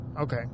Okay